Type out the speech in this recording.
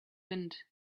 wind